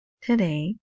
today